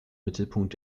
mittelpunkt